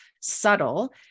subtle